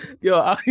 yo